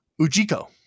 Ujiko